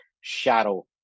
shadow